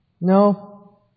No